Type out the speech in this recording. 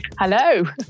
Hello